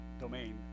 domain